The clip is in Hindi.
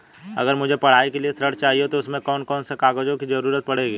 अगर मुझे पढ़ाई के लिए ऋण चाहिए तो उसमें कौन कौन से कागजों की जरूरत पड़ेगी?